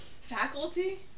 Faculty